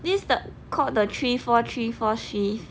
this is the called the three four three four shift